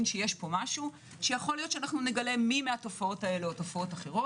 שיש פה משהו שיכול להיות שנגלה מי מהתופעות האלה או אחרות